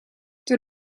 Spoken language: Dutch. door